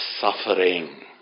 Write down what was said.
suffering